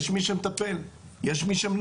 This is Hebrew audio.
יש מי שמטפל, יש מישהו,